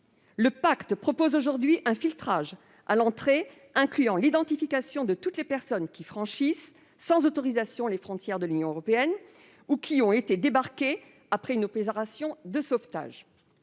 Le pacte prévoit aujourd'hui un filtrage à l'entrée incluant l'identification de toutes les personnes franchissant sans autorisation les frontières de l'Union européenne ou ayant été débarquées après une opération de sauvetage.